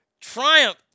Triumph